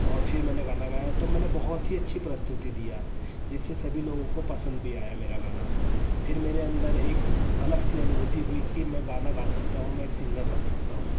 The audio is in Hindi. और फिर मैंने गाना गया तो मैंने बहुत ही अच्छी प्रस्तुति दिया जिससे सभी लोगों को पसंद भी आया मेरा गाना फिर मेरे अंदर एक अलग सी अनुभूति हुई कि मैं गाना गा सकता हूँ मैं एक सिंगर बन सकता हूँ